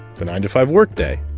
the nine to five workday,